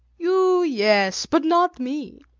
you, yes, but not me.